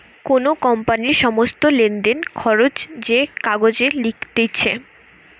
কোন কোম্পানির সমস্ত লেনদেন, খরচ যে কাগজে লিখতিছে